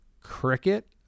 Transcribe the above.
cricket